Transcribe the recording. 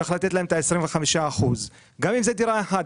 צריך לתת להם את ה-25 אחוזים, גם אם זאת דירה אחת.